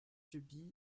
subies